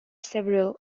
several